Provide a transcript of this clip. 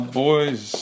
boys